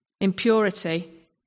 impurity